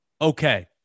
okay